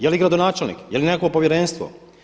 Je li gradonačelnik, je li nekakvo povjerenstvo.